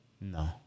No